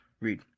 Read